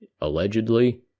allegedly